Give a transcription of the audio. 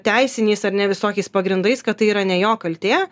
teisiniais ar ne visokiais pagrindais kad tai yra ne jo kaltė